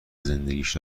زندگیش